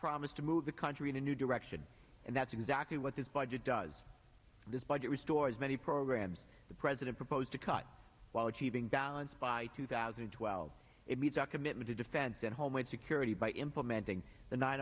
promised to move the country in a new direction and that's exactly what this budget does this budget restores many programs the president proposed to cut while cheating balanced by two thousand and twelve it meets our commitment to defense and homeland security by implementing the nine